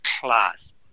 class